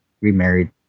remarried